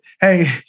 hey